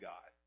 God